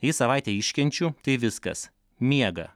jei savaitę iškenčiu tai viskas miega